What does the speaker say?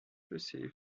receiving